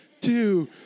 two